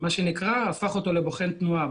מה שנקרא הפך אותו לבוחן תנועה.